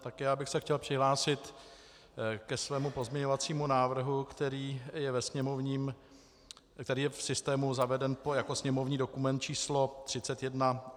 Také já bych se chtěl přihlásit ke svému pozměňovacímu návrhu, který je ve sněmovním systému zaveden jako sněmovní dokument číslo 3101.